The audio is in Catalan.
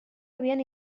havien